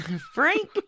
Frank